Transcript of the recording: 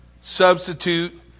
substitute